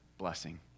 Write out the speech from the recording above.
Blessing